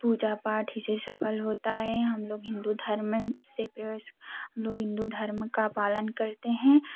पूजा पाठ ही से सफल होता हैं हम लोग हिन्दू धर्म में से प्रवेश हम लोग हिन्दू धर्म का पालन करते हैं